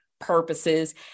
purposes